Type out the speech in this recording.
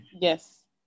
yes